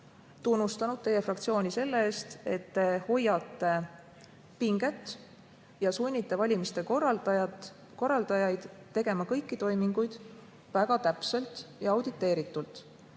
tunnustanud teie fraktsiooni selle eest, et te hoiate pinget ja sunnite valimiste korraldajaid tegema kõiki toiminguid väga täpselt ja auditeeritult.